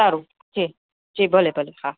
સારું જી જી ભલે ભલે હા